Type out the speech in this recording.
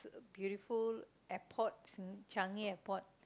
beautiful airport Changi Airport